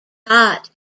hot